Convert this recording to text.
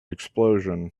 explosion